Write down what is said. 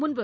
முன்பு